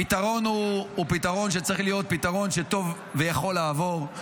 הפתרון הוא פתרון שצריך להיות פתרון טוב ויכול לעבור.